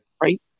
Right